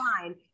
fine